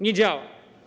Nie działa.